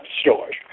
stores